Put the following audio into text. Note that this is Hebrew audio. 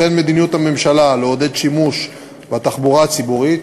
וכן מדיניות הממשלה לעודד שימוש בתחבורה הציבורית,